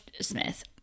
Smith